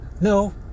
No